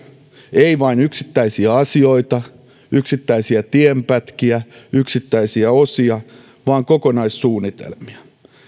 ei vain yksittäisiä asioita yksittäisiä tienpätkiä yksittäisiä osia vaan kokonaissuunnitelmia